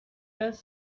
does